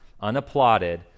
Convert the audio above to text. Unapplauded